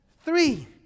Three